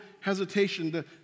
hesitation